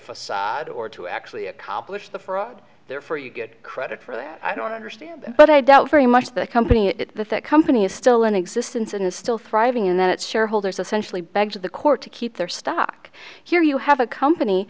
facade or to actually accomplish the fraud therefore you get credit for that i don't understand but i doubt very much the company that that company is still in existence and is still thriving in that shareholders essentially begged the court to keep their stock here you have a company